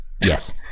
Yes